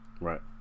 Right